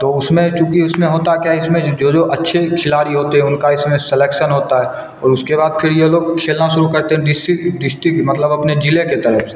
तो उसमें क्योंकि उसमें होता क्या है इसमें जो जो अच्छे खिलाड़ी होते हैं उनका इसमें सलेक्शन होता है और उसके बाद फिर यह लोग खेलना शुरू करते है डिस्ट्रिक डिस्टिक मतलब अपने ज़िले के तरफ़ से